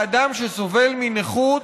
לאדם שסובל מנכות,